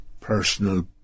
personal